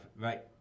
Right